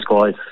guys